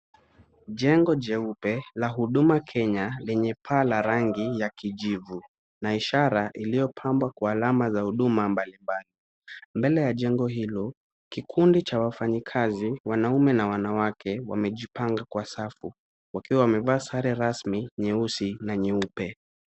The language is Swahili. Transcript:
Jengo jeupe la huduma Kenya lenye paa la rangi ya kijivu na ishara iliyopambwa kwa alama mbalimbali. Mbele ya jengo hilo kikundi cha wafanyikazi wanaume na wanawake wamejipanga kwa safu wakiwa wamevaa sare rasmi nyeusi na nyeupe.